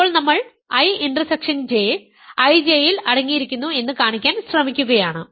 ഇപ്പോൾ നമ്മൾ I ഇന്റർസെക്ഷൻയിൽ J IJ യിൽ അടങ്ങിയിരിക്കുന്നു എന്ന് കാണിക്കാൻ ശ്രമിക്കുകയാണ്